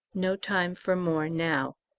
no time for more now.